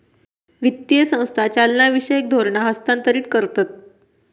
वित्तीय संस्था चालनाविषयक धोरणा हस्थांतरीत करतत